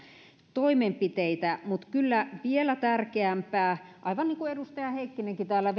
toimenpiteitä mutta kyllä vielä tärkeämpää aivan niin kuin edustaja heikkinenkin täällä